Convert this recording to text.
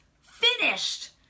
finished